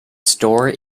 store